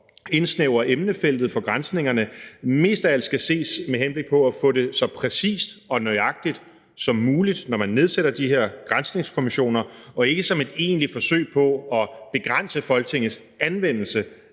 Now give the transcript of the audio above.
indsnævre emnefeltet for granskningerne mest af alt skal ses med henblik på at få det så præcist og nøjagtigt som muligt, når man nedsætter de her granskningskommissioner, og ikke som et egentligt forsøg på at begrænse Folketingets anvendelse